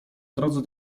drodze